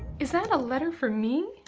is that a letter for me,